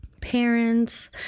Parents